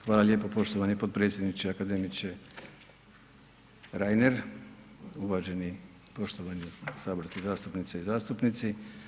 Hvala lijepo poštovani potpredsjedniče i akademiče Reiner, uvaženi i poštovani saborski zastupnice i zastupnici.